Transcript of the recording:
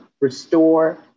restore